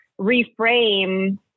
reframe